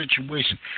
situation